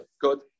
Good